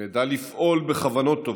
שנדע לפעול בכוונות טובות,